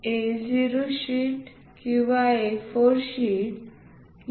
चला drawing sheet लेआउटचे template पाहू